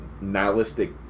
nihilistic